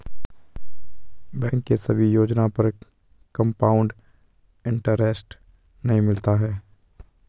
bank के सभी योजना पर कंपाउड इन्टरेस्ट नहीं मिलता है